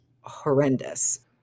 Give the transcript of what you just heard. horrendous